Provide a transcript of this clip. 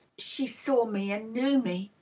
she saw me and knew me.